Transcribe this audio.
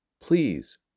Please